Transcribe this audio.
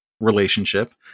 relationship